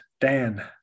Dan